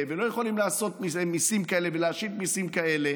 ולא יכולים לעשות מיסים כאלה ולהשית מיסים כאלה